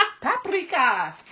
Paprika